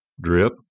drip